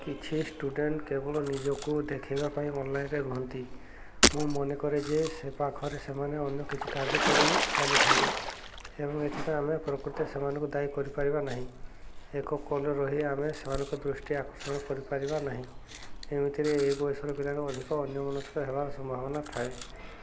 କିଛି ଷ୍ଟୁଡ଼େଣ୍ଟ କେବଳ ନିଜକୁ ଦେଖାଇବା ପାଇଁ ଅନ୍ଲାଇନ୍ରେ ରୁହନ୍ତି ମୁଁ ମନେ କରେ ଯେ ସେପାଖରେ ସେମାନେ ଅନ୍ୟ କିଛି କାର୍ଯ୍ୟ କରି ଚାଲିଥାନ୍ତି ଏବଂ ଏଥିପାଇଁ ଆମେ ପ୍ରକୃତରେ ସେମାନଙ୍କୁ ଦାୟୀ କରିପାରିବା ନାହିଁ ଏକ କଲ୍ରେ ରହି ଆମେ ସେମାନଙ୍କ ଦୃଷ୍ଟି ଆକର୍ଷଣ କରିପାରିବା ନାହିଁ ଏମିତିରେ ଏହି ବୟସର ପିଲାମାନେ ଅଧିକ ଅନ୍ୟମନସ୍କ ହେବା ସମ୍ଭାବନା ଥାଏ